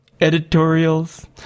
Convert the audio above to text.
Editorials